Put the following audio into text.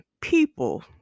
people